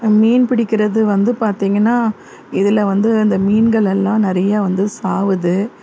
மீன் பிடிக்கிறது வந்து பார்த்திங்கன்னா இதில் வந்து அந்த மீன்கள் எல்லாம் நிறைய வந்து சாகுது